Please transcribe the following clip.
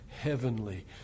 heavenly